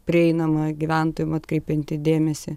prieinama gyventojam atkreipianti dėmesį